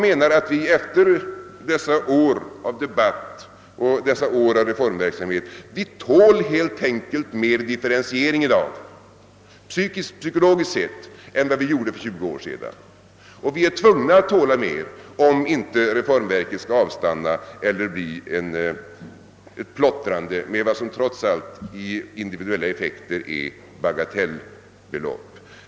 Efter alla dessa år av debatt och reformverksamhet tål vi i dag mera av differentiering psykologiskt sett än vi gjorde för 20 år sedan. Vi är tvungna att tåla mer, om inte reformverket skall avstanna eller bli ett plottrande med vad som trots allt i individuella effekter är bagatellbelopp.